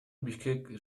бишкек